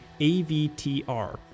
AVTR